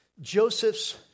Joseph's